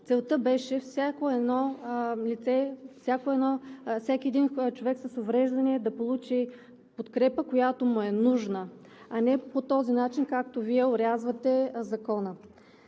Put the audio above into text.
Целта беше всеки един човек с увреждане да получи подкрепа, която му е нужна, а не по този начин, както Вие орязвате Закона.